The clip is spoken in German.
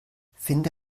finde